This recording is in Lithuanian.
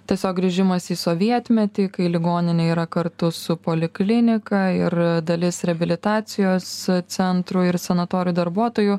tiesiog grįžimas į sovietmetį kai ligoninė yra kartu su poliklinika ir dalis reabilitacijos centrų ir sanatorijų darbuotojų